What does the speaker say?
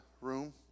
room